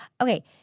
Okay